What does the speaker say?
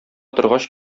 торгач